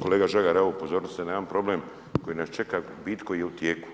Kolega Žagar, evo upozorili ste na jedan problem koji nas čeka, bit koja je u tijeku,